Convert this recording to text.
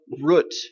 root